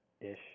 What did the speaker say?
ish